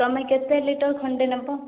ତୁମେ କେତେ ଲିଟର ଖଣ୍ଡେ ନେବ